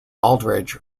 aldridge